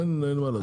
אין מה לעשות.